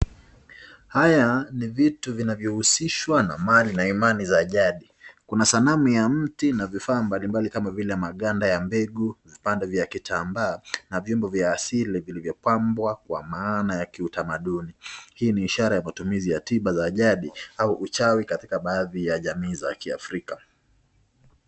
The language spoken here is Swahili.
Haya ni vitu vinavyohusishwa na imani za jadi. Kuna sanamu ya mti na vifaa mbalimbali kama vile maganda ya mbegu, vipande vya kitambaa na vyombo vya asili vilivyopambwa kwa maana ya kiutamanduni. Hii ni ishara ya matumizi ya tiba za jadi au uchawi katika baadhi ya jamii za kiafrica.